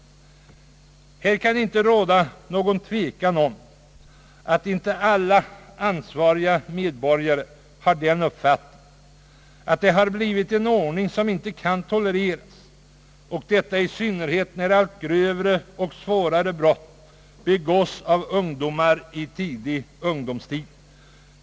Det torde inte råda någon tvekan om att inte alla ansvariga medborgare hyser den uppfattningen, att det har blivit en ordning som inte kan tolereras; detta i synnerhet som allt grövre och svårare brott begås av ungdomar i tonåren.